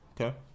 Okay